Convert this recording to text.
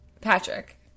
patrick